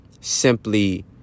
simply